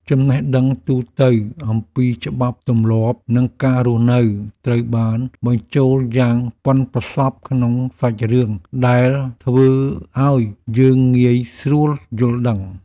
ចំណេះដឹងទូទៅអំពីច្បាប់ទម្លាប់និងការរស់នៅត្រូវបានបញ្ចូលយ៉ាងប៉ិនប្រសប់ក្នុងសាច់រឿងដែលធ្វើឱ្យយើងងាយស្រួលយល់ដឹង។